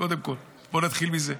נתחיל מזה,